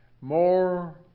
more